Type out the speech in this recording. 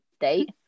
date